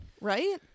right